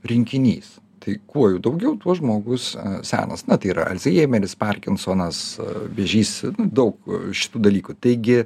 rinkinys tai kuo jų daugiau tuo žmogus senas na tai yra alzheimeris parkinsonas vėžys daug šitų dalykų taigi